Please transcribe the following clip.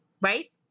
Right